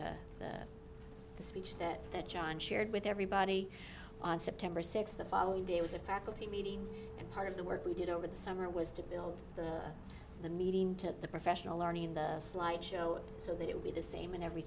with the speech that that john shared with everybody on september sixth the following day was a faculty meeting and part of the work we did over the summer was to build the meeting took the professional learning in the slideshow so that it would be the same in every